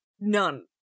None